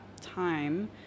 time